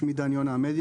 שמי דן יונה עמדי,